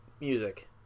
music